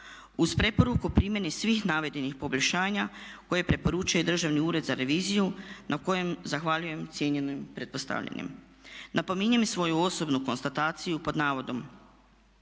uz preporuku o primjeni svih navedenih poboljšanja koje preporuča i Državni ured za reviziju na kojem zahvaljujem cijenjenim pretpostavljenim. Napominjem i svoju osobnu konstataciju pod navodom